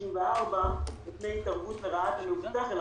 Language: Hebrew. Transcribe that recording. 54 מפני התערבות לרעה של המבוטח.